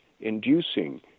inducing